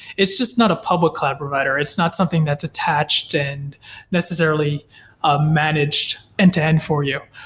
it's just not a public cloud provider, it's not something that's attached and necessarily ah managed end-to-end for you.